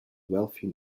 wealthy